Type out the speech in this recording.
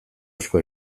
asko